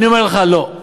אני אומר לך, לא.